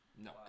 No